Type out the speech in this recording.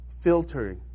filtering